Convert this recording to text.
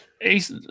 Ace